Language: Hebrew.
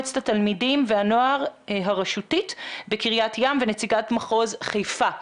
יושבת ראש מועצת התלמידים והנוער הרשותית בקרית ים ונציגת מחוז חיפה.